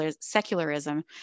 secularism